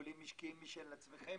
שלכם